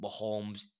Mahomes